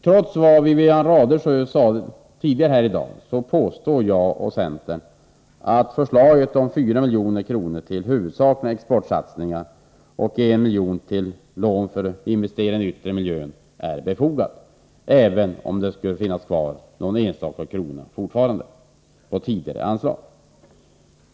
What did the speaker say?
Trots vad Wivi-Anne Radesjö sade tidigare påstår jag att centerns förslag om 4 milj.kr. till huvudsakligen exportsatsningar och 1 miljon till lån för investeringar i den yttre miljön är befogat — även om det skulle återstå någon enstaka krona på tidigare anslag.